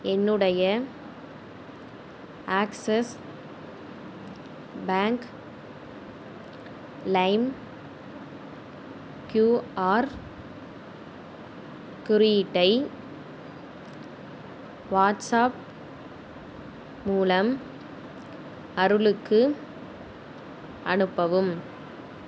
என்னுடைய Axis bank லைம் QR குறியீட்டை வாட்ஸ்ஆப் மூலம் அருளுக்கு அனுப்பவும்